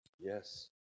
Yes